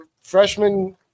Freshman